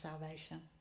salvation